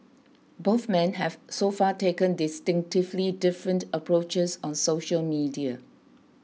both men have so far taken distinctively different approaches on social media